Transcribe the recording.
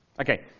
Okay